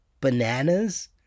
Bananas